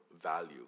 value